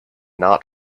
not